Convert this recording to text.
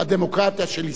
You are most welcome.